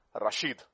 Rashid